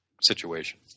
situation